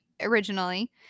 originally